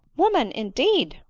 woman! indeed!